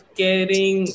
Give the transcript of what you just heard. caring